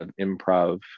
improv